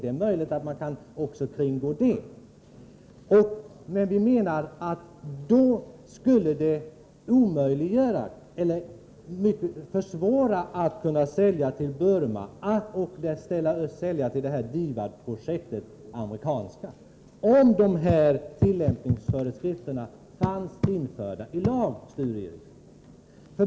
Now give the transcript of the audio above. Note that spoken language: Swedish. Det är möjligt att man kan kringgå dem ändå, men vi menar att det skulle försvåra försäljning av krigsmateriel till Burma och till det amerikanska DIVAD-projektet om tillämpningsföreskrifterna införs i lagen.